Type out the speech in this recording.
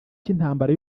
cy’intambara